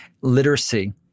literacy